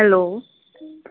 hello